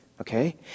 Okay